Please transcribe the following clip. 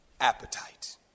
appetite